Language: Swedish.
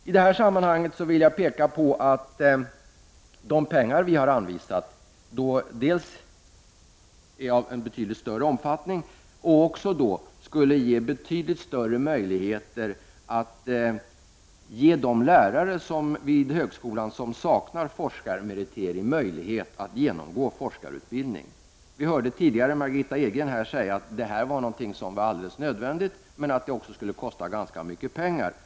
I det här sammanhanget vill jag påpeka att de pengar som vi har anvisat dels är av betydligt större omfattning, dels skulle ge betydligt större möjligheter för de lärare vid högskolan som saknar forskarmeritering chans att genomgå forskarutbildning. Vi hörde tidigare Margitta Edgren säga att detta är något som är nödvändigt, men att det också skulle kosta ganska mycket pengar.